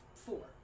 Four